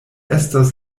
estas